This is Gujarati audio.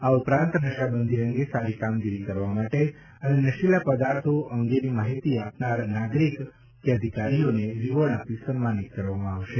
આ ઉપરાંત નશાબંધી અંગે સારી કામગીરી કરવા માટે અને નશીલા પદાર્થો અંગેની માહિતી આપનાર નાગરિક અધિકારીઓને રિવોર્ડ આપી સન્માનિત કરવામાં આવશે